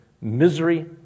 misery